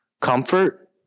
Comfort